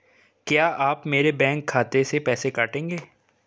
क्या आप मेरे बैंक खाते से पैसे काटेंगे?